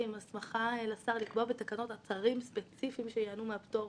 או על כך שהנזק הוא נמוך מאוד.